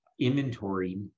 inventory